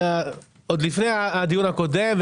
עוד לפני הדיון הקודם,